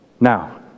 Now